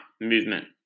movement